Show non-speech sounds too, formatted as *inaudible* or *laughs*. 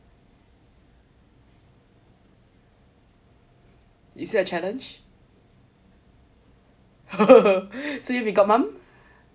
is that a challenge *laughs* so you want to be god mum